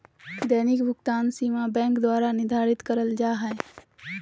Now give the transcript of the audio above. दैनिक भुकतान सीमा बैंक द्वारा निर्धारित करल जा हइ